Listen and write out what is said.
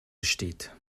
besteht